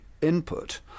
input